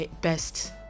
best